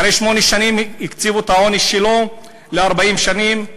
אחרי שמונה שנים קצבו את העונש שלו ל-40 שנים.